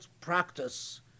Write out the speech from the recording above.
practice